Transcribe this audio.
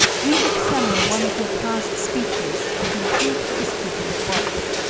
reexamine one of your past speeches and improve the descriptive work.